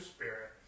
Spirit